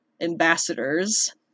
ambassadors